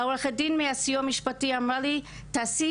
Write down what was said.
עורכת הדין מהסיוע המשפטי אמרה לי תעשי